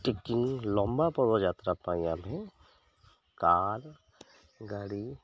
trekking ଲମ୍ବା ପର୍ବଯାତ୍ରା ପାଇଁ ଆମେ କାର୍ ଗାଡ଼ି